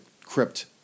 Crypt